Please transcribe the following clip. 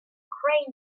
crane